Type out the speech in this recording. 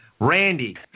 Randy